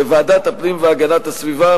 בוועדת הפנים והגנת הסביבה,